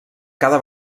cada